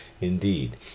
indeed